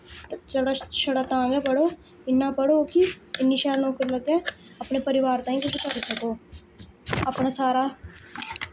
ते चढ़ा छड़ा तां गै पढ़ो इन्ना पढ़ो कि इन्नी शैल नौकरी लग्गै अपने परिवार ताईं कुछ करी सको अपना सारा